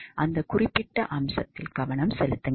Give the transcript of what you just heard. அந்த குறிப்பிட்ட அம்சத்தில் கவனம் செலுத்துங்கள்